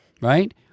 right